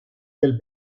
del